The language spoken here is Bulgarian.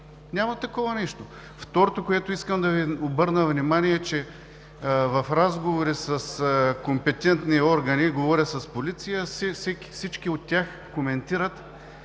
Няма такова нещо! Второто, на което искам да Ви обърна внимание, е, че в разговори с компетентни органи – говоря с полиция, всички от тях коментират,